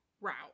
route